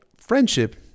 friendship